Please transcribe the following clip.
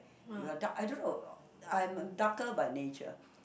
you are dark I don't know I am darker by nature